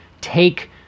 take